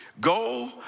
Go